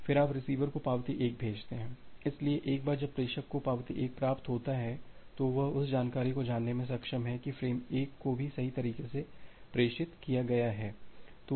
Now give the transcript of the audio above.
फिर आप रिसीवर को पावती 1 भेजते हैं इसलिए एक बार जब प्रेषक को पावती 1 प्राप्त होता है तो यह उस जानकारी को जानने में सक्षम है की फ्रेम 1 को भी सही तरीके से प्रेषित किया गया है